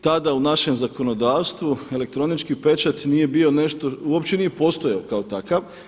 Tada u našem zakonodavstvu elektronički pečat nije bio nešto, uopće nije postojao kao takav.